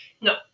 No